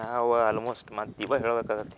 ನಾವು ಆಲ್ಮೋಸ್ಟ್ ಮತ್ತು ಇವು ಹೇಳ್ಬೇಕಾಗತ್ತೆ